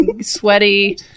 sweaty